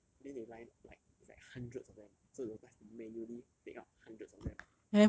so they then they line like it's like hundreds of them so the doctor has to manually take out hundreds of them